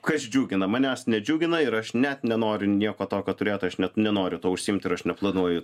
kas džiugina manęs nedžiugina ir aš net nenoriu nieko tokio turėt aš net nenoriu tuo užsiimt ir aš neplanuoju